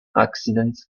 accidents